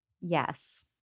yes